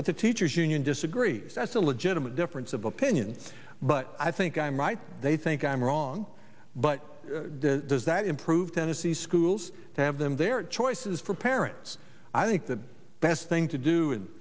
but the teacher's union disagrees that's a legitimate difference of opinion but i think i'm right they think i'm wrong but does that improve tennessee schools to have them their choices for parents i think the best thing to do in